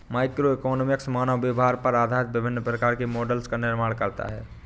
microeconomics मानव व्यवहार पर आधारित विभिन्न प्रकार के मॉडलों का निर्माण करता है